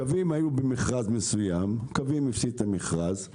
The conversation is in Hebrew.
קווים היו במכרז מסוים והם הפסידו את המכרז,